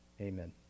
amen